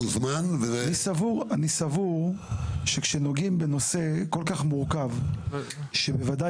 אני סבור שכאשר נוגעים בנושא כל כך מורכב --- דרכונים?